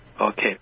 Okay